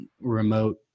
remote